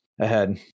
ahead